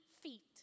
feet